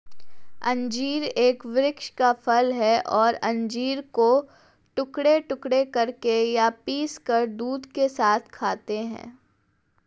अंजीर एक वृक्ष का फल है और अंजीर को टुकड़े टुकड़े करके या पीसकर दूध के साथ खाते हैं